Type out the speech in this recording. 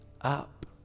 up